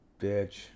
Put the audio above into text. bitch